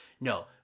No